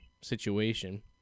situation